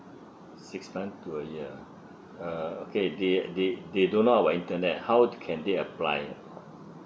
six month to a year uh okay they they they don't know about internet how can they apply